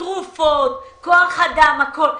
תרופות, כוח אדם והכול.